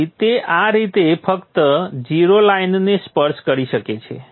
તેથી તે આ રીતે ફક્ત 0 લાઇનને સ્પર્શ કરી શકે છે